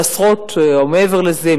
שעשרות או מעבר לזה,